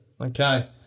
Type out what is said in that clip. Okay